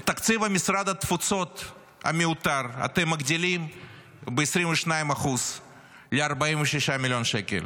את תקציב משרד התפוצות המיותר אתם מגדילים ב-22% ל-46 מיליון שקל,